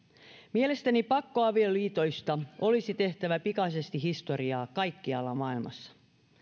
mielestäni pakkoavioliitoista olisi tehtävä pikaisesti historiaa kaikkialla maailmassa